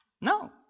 No